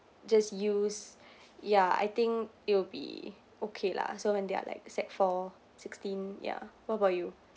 just use ya I think it'll be okay lah so when they are like sec four sixteen ya what about you